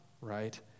right